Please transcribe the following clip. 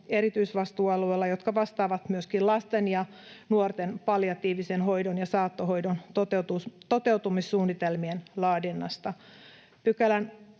erityisvastuualueella ja vastaavat myöskin lasten ja nuorten palliatiivisen hoidon ja saattohoidon toteutumissuunnitelmien laadinnasta. Pykälän